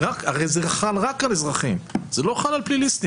הרי זה על רק חל אזרחים, זה לא חל על פליליסטים.